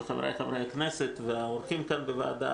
חבריי חברי הכנסת והאורחים כאן בוועדה,